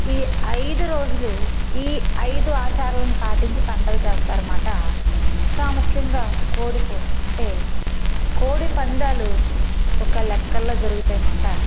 ఈ ఐదు రోజులు ఈ ఐదు ఆచారాలను పాటించి పండగ చేస్తారనమాట ప్రాముఖ్యంగా కోడి కూరు అంటే కోడి పందేలు ఒక లెక్కల్లో జరుగుతాయమాట